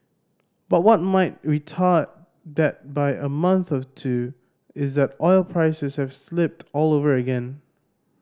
but what might retard that by a month or two is that oil prices have slipped all over again